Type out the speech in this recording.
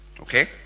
okay